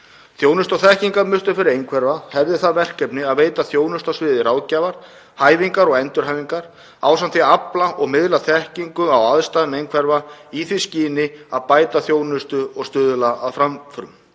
Þjónustu- og þekkingarmiðstöð fyrir einhverfa hefði það verkefni að veita þjónustu á sviði ráðgjafar, hæfingar og endurhæfingar ásamt því að afla og miðla þekkingu á aðstæðum einhverfra í því skyni að bæta þjónustu og stuðla að framförum.